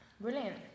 Brilliant